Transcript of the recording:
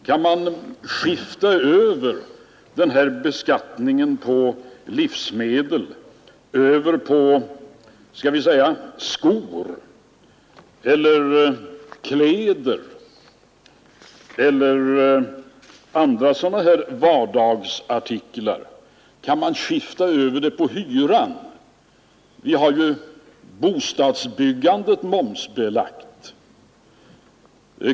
Kan man skifta över beskattningen på livsmedel till skor, kläder eller andra sådana vardagsartiklar? Kan man skifta över den på hyran? Vi har ju bostadsbyggandet momsbelagt.